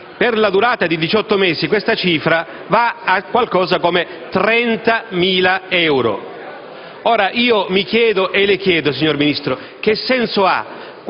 Per la durata di 18 mesi questa cifra vale qualcosa come 30.000 euro. Allora, mi chiedo, e le chiedo, signor Ministro, che senso ha